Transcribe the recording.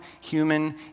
human